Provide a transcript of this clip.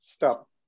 stop